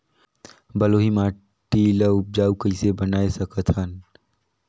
बलुही माटी ल उपजाऊ कइसे बनाय सकत हन?